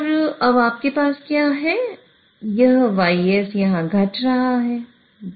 और अब आपके पास क्या है यह यहाँ घट रहा है